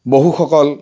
বহুসকল